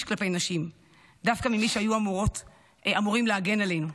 כלפי נשים דווקא ממי שהיו אמורים להגן עלינו.